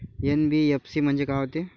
NBFC म्हणजे का होते?